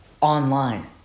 Online